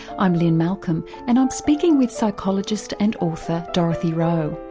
i'm lynne malcolm and i'm speaking with psychologist and author dorothy rowe.